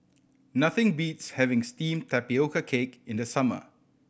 nothing beats having steamed tapioca cake in the summer